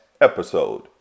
episode